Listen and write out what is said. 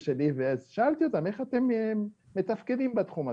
אולי משפט אחרון.